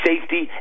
safety